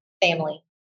family